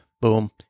Boom